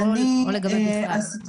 או בכלל לגבי מה